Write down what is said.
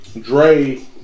Dre